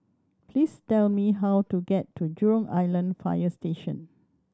please tell me how to get to Jurong Island Fire Station